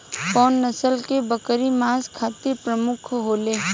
कउन नस्ल के बकरी मांस खातिर प्रमुख होले?